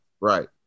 right